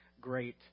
great